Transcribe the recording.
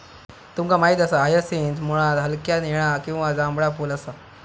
तुमका माहित असा हायसिंथ मुळात हलक्या निळा किंवा जांभळा फुल असा